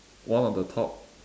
one on the top